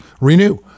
renew